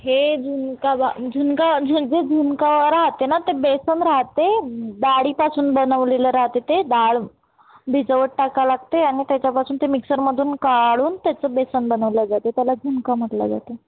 हे झुणका भाक झुणका झू झू झुणका राहते ना ते बेसन राहते डाळीपासून बनवलेलं राहते ते डाळ भिजवत टाका लागते आणि त्याच्यापासून ते मिक्सरमधून काढून त्याचं बेसन बनवलं जाते त्याला झुणका म्हटलं जाते